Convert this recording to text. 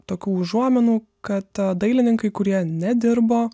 tokių užuominų kad a dailininkai kurie nedirbo